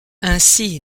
ainsi